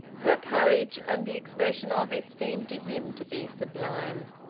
her courage, and the expression of it, seemed to him to be sublime.